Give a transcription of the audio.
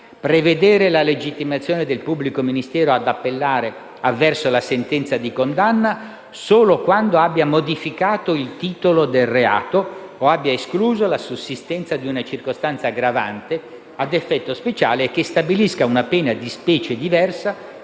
inoltre la legittimazione del pubblico ministero ad appellare avverso la sentenza di condanna solo quando abbia modificato il titolo del reato o abbia escluso la sussistenza di una circostanza aggravante a effetto speciale o che stabilisca una pena di specie diversa